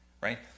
Right